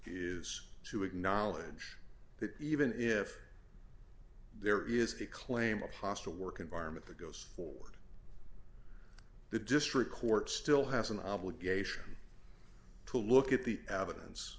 is to acknowledge that even if there is a claim of hostile work environment that goes forward the district court still has an obligation to look at the